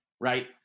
right